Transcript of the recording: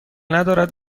ندارد